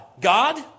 God